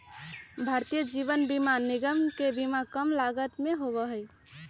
भारतीय जीवन बीमा निगम के बीमा कम लागत के होबा हई